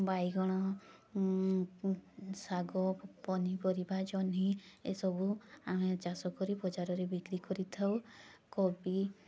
ବାଇଗଣ ଶାଗ ପନିପରିବା ଜହ୍ନି ଏ ସବୁ ଆମେ ଚାଷକରି ବଜାରରେ ବିକ୍ରି କରିଥାଉ କୋବି